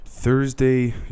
Thursday